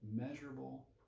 measurable